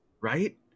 Right